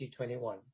2021